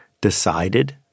decided